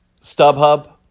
StubHub